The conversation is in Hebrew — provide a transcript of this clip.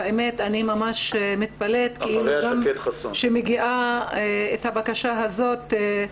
האמת, אני ממש מתפלאת שמגיעה בקשה הזאת.